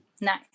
nice